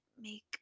make